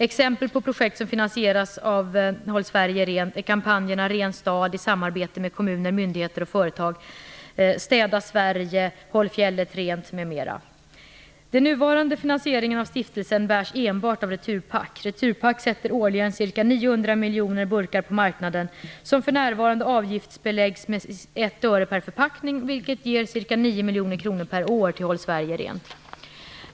Exempel på projekt som finansieras av Håll Sverige Rent är kampanjerna Ren stad i samarbete med kommuner, myndigheter och företag, Den nuvarande finansieringen av stiftelsen bärs enbart av Returpack. Returpack sätter årligen ca 900 miljoner burkar på marknaden, som för närvarande avgiftsbeläggs med 1 öre per förpackning, vilket ger ca 9 miljoner kronor per år till Håll Sverige Rent.